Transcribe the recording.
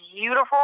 beautiful